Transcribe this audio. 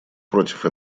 против